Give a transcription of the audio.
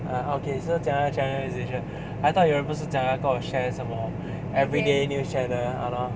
ah okay so 讲到 Channel NewsAsia I thought 有人不是讲要跟我 share 什么 everyday news channel !hannor!